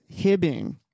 hibbing